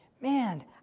man